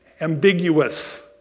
ambiguous